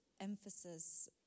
emphasis